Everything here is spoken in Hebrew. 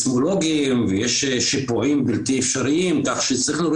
את הכיסוי החוקתי כדי שיהיה אפשר להתקדם.